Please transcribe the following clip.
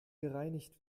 gereinigt